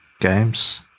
games